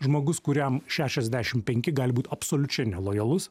žmogus kuriam šešiasdešimt penki gali būt absoliučiai nelojalus